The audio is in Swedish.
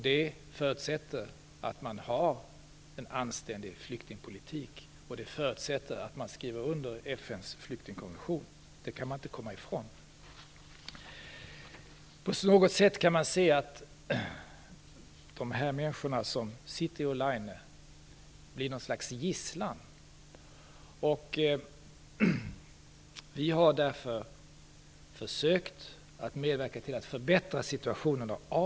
Det förutsätter att man har en anständig flyktingpolitik och att man skriver under FN:s flyktingkonvention. Det kan man inte komma ifrån. På något sätt kan man se att människorna som sitter i Olaine blir något slags gisslan. Sverige har därför av humanitära skäl försökt medverka till att förbättra situationen.